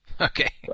Okay